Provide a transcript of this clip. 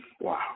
Wow